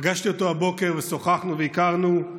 פגשתי אותו הבוקר, ושוחחנו והכרנו.